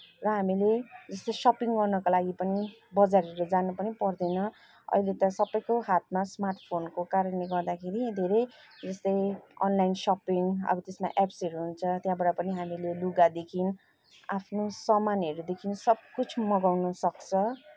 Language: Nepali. र हामीले जस्तै सपिङ गर्नको लागि पनि बजारहरू जानु पनि पर्दैन अहिले त सबैको हातमा स्मार्ट फोनको कारणले गर्दाखेरि धेरै जस्तै अनलाइन सपिङ अब त्यसमा एप्सहरू हुन्छ त्यहाँबाट पनि हामीले लुगादेखिन् आफ्नो सामानहरूदेखिन् सबकुछ मँगाउन सक्छ